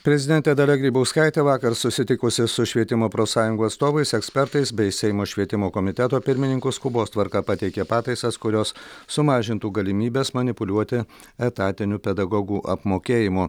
prezidentė dalia grybauskaitė vakar susitikusi su švietimo profsąjungų atstovais ekspertais bei seimo švietimo komiteto pirmininku skubos tvarka pateikė pataisas kurios sumažintų galimybes manipuliuoti etatiniu pedagogų apmokėjimu